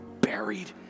buried